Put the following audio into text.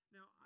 Now